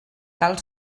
cal